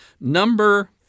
Number